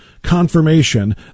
Confirmation